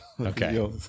Okay